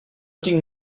tinc